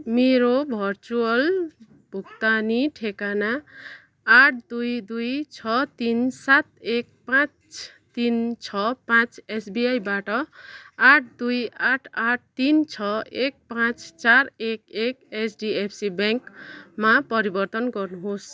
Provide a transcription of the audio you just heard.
मेरो भर्चुवल भुक्तानी ठेगाना आठ दुई दुई छ तिन सात एक पाँच तिन छ पाँच एसबिआईबाट आठ दुई आठ आठ तिन छ एक पाँच चार एक एक एचडिएफसी ब्याङ्कमा परिवर्तन गर्नुहोस्